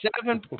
seven